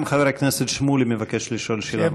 גם חבר הכנסת שמולי מבקש לשאול שאלה נוספת.